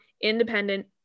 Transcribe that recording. independent